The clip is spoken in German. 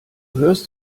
hörst